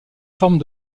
forme